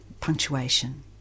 punctuation